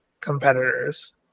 competitors